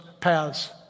paths